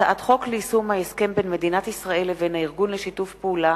הצעת חוק ליישום ההסכם בין מדינת ישראל לבין הארגון לשיתוף פעולה